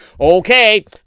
Okay